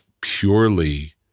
purely